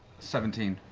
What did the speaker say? seventeen.